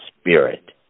spirit